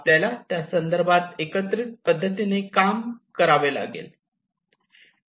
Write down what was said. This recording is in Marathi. आपल्याला त्या संदर्भात एकत्रित पद्धतीने काम करावे लागेल